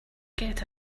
get